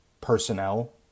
personnel